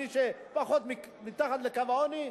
מי שמתחת לקו העוני,